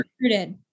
recruited